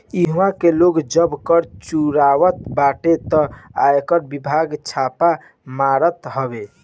इहवा के लोग जब कर चुरावत बाटे तअ आयकर विभाग छापा मारत हवे